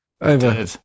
Over